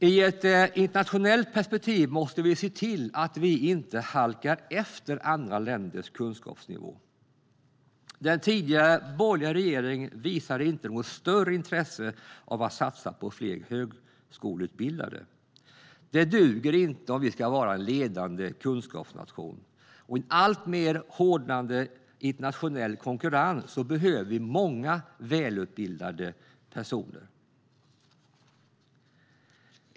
I ett internationellt perspektiv måste vi se till att vi inte halkar efter andra länders kunskapsnivå. Den tidigare borgerliga regeringen visade inte något större intresse för att satsa på fler högskoleutbildade. Det duger inte om vi ska vara en ledande kunskapsnation. I en alltmer hårdnande internationell konkurrens behöver vi många välutbildade personer.